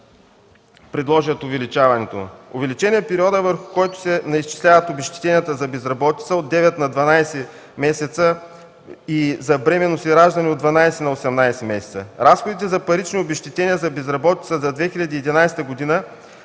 предложат увеличаването му. Увеличен е периодът, върху който се начисляват обезщетенията за безработица от 9 на 12 месеца и за бременност и раждане от 12 до 18 месеца. Разходите за парични обезщетения за безработица за 2011 г. са